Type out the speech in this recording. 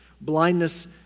Blindness